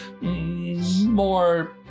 more